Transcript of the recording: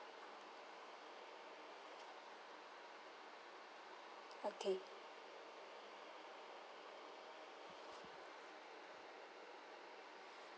okay